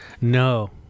No